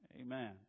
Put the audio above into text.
Amen